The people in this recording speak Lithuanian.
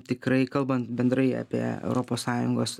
tikrai kalbant bendrai apie europos sąjungos